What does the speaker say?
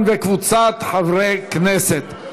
של חברת הכנסת זהבה גלאון וקבוצת חברי הכנסת.